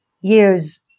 years